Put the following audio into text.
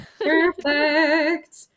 Perfect